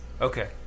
okay